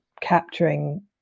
capturing